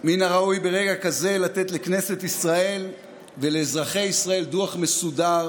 ומן הראוי ברגע כזה לתת לכנסת ישראל ולאזרחי ישראל דוח מסודר